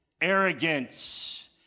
arrogance